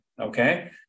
Okay